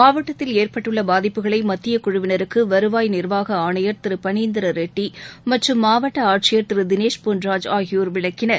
மாவட்டத்தில் ஏற்பட்டுள்ள பாதிப்புகளை மத்தியக்குழுவினருக்கு வருவாய் நிர்வாக ஆணையர் திரு பணீந்தரரெட்டி மற்றும் மாவட்ட ஆட்சியர் திரு தினேஷ் பொன்ராஜ் ஆகியோர் விளக்கினர்